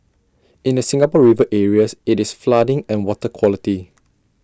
in the Singapore river areas IT is flooding and water quality